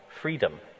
freedom